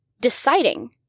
deciding